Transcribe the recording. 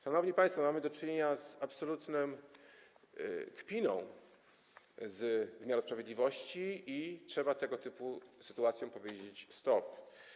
Szanowni państwo, mamy do czynienia z absolutną kpiną z wymiaru sprawiedliwości i trzeba tego typu sytuacjom powiedzieć: stop.